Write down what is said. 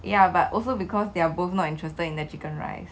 ya but also because they are both not interested in the chicken rice